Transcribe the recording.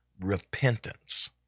repentance